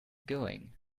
going